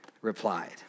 replied